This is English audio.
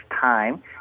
time